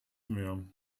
mehr